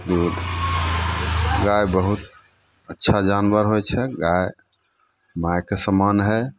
दूध गाय बहुत अच्छा जानवर होइ छै गाय मायके समान हइ